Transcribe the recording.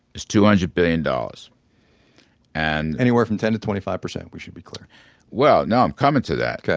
is two hundred billion dollars and anywhere from ten to twenty five percent, we should be clear well now i'm coming to that.